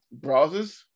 browsers